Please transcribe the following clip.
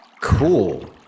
Cool